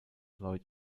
lloyd